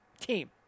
team